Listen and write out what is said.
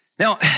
Now